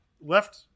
left